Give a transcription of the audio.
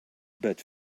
but